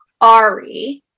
ari